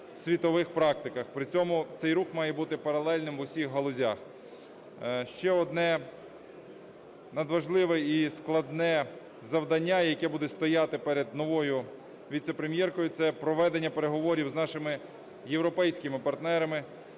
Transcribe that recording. світових практиках. При цьому цей рух має бути паралельним в усіх галузях. Ще одне надважливе і складне завдання, яке буде стояти перед новою віце-прем'єркою, - це проведення переговорів з нашими європейськими партнерами